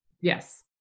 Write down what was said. Yes